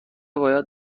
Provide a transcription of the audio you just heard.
باید